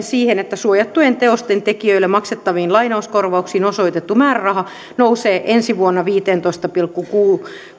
siihen että suojattujen teosten tekijöille maksettaviin lainauskor vauksiin osoitettu määräraha nousee ensi vuonna viiteentoista pilkku